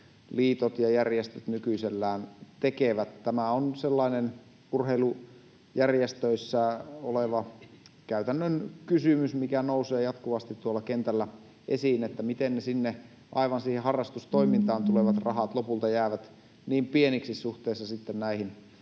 liitot ja järjestöt nykyisellään tekevät. Tämä on sellainen urheilujärjestöissä oleva käytännön kysymys, mikä nousee jatkuvasti tuolla kentällä esiin, että miten ne aivan siihen harrastustoimintaan tulevat rahat lopulta jäävät niin pieniksi suhteessa liittojen saamiin